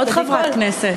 עוד חברת כנסת.